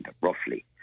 roughly